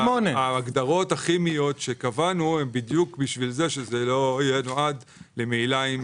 ההגדרות הכימיות שקבענו הן בדיוק בשביל שזה לא יהיה נועד למהילה.